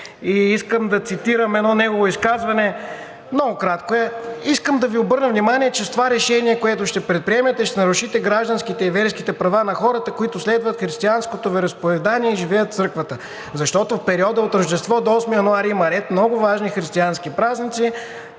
и искам да цитирам едно негово изказване, много кратко е: